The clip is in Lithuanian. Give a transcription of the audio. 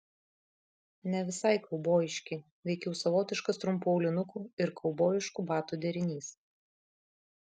ne visai kaubojiški veikiau savotiškas trumpų aulinukų ir kaubojiškų batų derinys